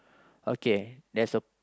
okay there's a